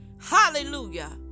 Hallelujah